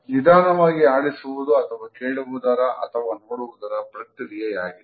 ನಿಧಾನವಾಗಿ ಆಡಿಸುವುದು ನಾವು ಕೇಳುವುದರ ಅಥವಾ ನೋಡುವುದರ ಪ್ರತಿಕ್ರಿಯೆಯಾಗಿದೆ